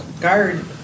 guard